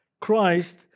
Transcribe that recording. Christ